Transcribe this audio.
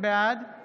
בעד